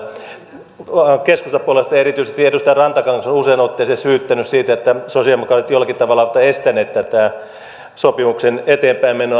keskustapuolueesta erityisesti edustaja rantakangas on useaan otteeseen syyttänyt että sosialidemokraatit jollakin tavalla ovat estäneet tätä sopimuksen eteenpäinmenoa